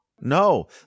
No